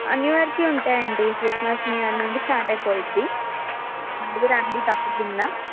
new ఇయర్కి ఉంటాయండి Christmas new year నుండి స్టార్ట్ అయిపోయింది మళ్ళీ రండి తప్పకుండా